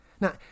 Now